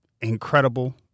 incredible